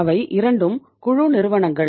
அவை இரண்டும் குழு நிறுவனங்கள்